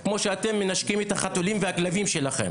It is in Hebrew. כמו שאתם מנשקים את החתולים והכלבים שלכם.